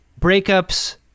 breakups